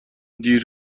دیر